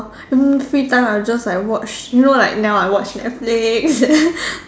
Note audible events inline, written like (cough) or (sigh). mm mean free time I'll just like watch you know like now I watch netflix (laughs)